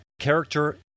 character